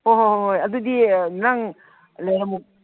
ꯍꯣꯏ ꯍꯣꯏ ꯍꯣꯏ ꯑꯗꯨꯗꯤ ꯅꯪ ꯂꯩꯔꯝꯃꯨ